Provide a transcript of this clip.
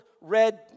red